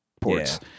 ports